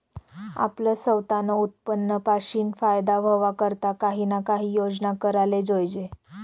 आपलं सवतानं उत्पन्न पाशीन फायदा व्हवा करता काही ना काही योजना कराले जोयजे